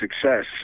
success